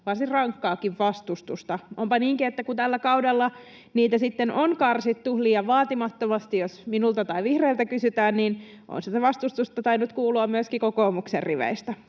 varsin rankkaakin vastustusta. Onpa niinkin, että kun tällä kaudella niitä sitten on karsittu — liian vaatimattomasti, jos minulta tai vihreiltä kysytään — niin on sitä vastustusta tainnut kuulua myöskin kokoomuksen riveistä.